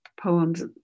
poems